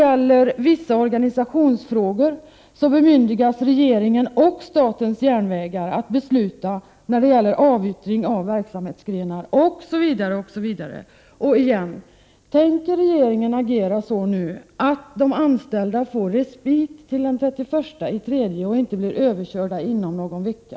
I vissa organisationsfrågor bemyndigas regeringen och statens järnvägar att besluta om avyttring av verksamhetsgrenar, osv. osv. Återigen: Tänker regeringen agera så nu att de anställda får respit till den 31 mars och inte blir överkörda inom någon vecka?